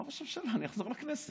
ראש הממשלה, אני אחזור לכנסת.